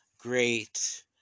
great